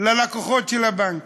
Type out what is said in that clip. ללקוחות של הבנק.